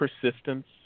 Persistence